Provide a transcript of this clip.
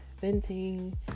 venting